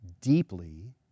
deeply